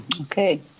Okay